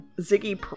Ziggy